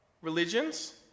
religions